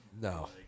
No